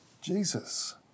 Jesus